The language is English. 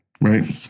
right